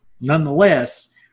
nonetheless